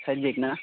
side बेकना